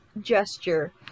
gesture